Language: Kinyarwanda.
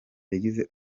yagize